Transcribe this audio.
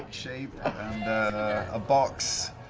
shape and a box.